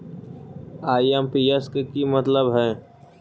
IMPS के कि मतलब है?